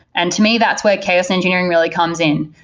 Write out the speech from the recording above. and to me, that's where chaos engineering really comes in,